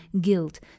guilt